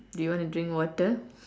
do you want to drink water